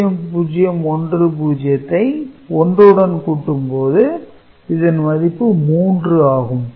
0010 ஐ 1 உடன் கூட்டும் போது இதன் மதிப்பு 3 ஆகும்